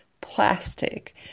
plastic